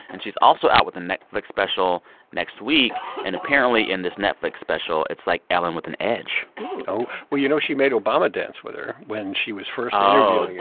and she's also out with a netflix special next week. and apparently, in this netflix special, it's like ellen with an edge ooh oh. well, you know, she made obama dance with her when she was first. oh. yeah